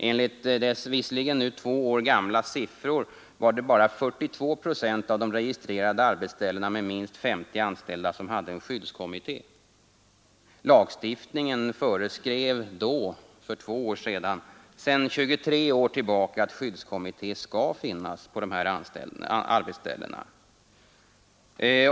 Enligt dess visserligen nu två år gamla siffror var det bara 42 procent av de registrerade arbetsställena med minst 50 anställda som hade skyddskommitté. Lagstiftningen föreskrev då sedan 23 år tillbaka att skyddskommitté skall finnas på dessa arbetsställen.